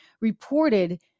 reported